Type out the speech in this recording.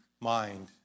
mind